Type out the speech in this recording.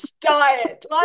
diet